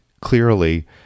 clearly